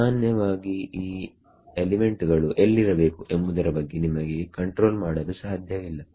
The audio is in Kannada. ಸಾಮಾನ್ಯವಾಗಿ ಈ ಎಲಿಮೆಂಟ್ ಗಳು ಎಲ್ಲಿರಬೇಕು ಎಂಬುದರ ಬಗ್ಗೆ ನಿಮಗೆ ಕಂಟ್ರೋಲ್ ಮಾಡಲು ಸಾಧ್ಯವಿಲ್ಲ